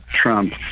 Trump